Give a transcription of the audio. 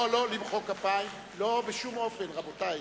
לא למחוא כפיים, רבותי.